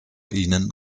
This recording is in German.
ihnen